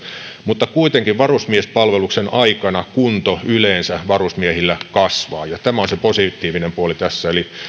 mutta kuitenkin varusmiespalveluksen aikana kunto yleensä varusmiehillä kasvaa tämä on se positiivinen puoli tässä